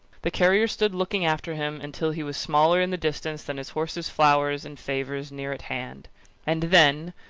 the carrier stood looking after him until he was smaller in the distance than his horse's flowers and favours near at hand and then,